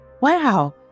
wow